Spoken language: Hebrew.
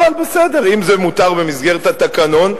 אבל בסדר: אם זה מותר במסגרת התקנון,